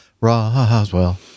Roswell